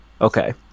Okay